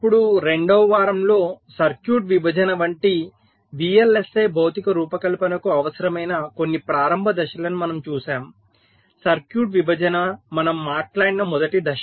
అప్పుడు రెండవ వారంలో సర్క్యూట్ విభజన వంటి VLSI భౌతిక రూపకల్పనకు అవసరమైన కొన్ని ప్రారంభ దశలను మనము చూశాము సర్క్యూట్ విభజన మనము మాట్లాడిన మొదటి దశ